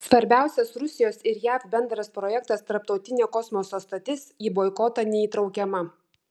svarbiausias rusijos ir jav bendras projektas tarptautinė kosmoso stotis į boikotą neįtraukiama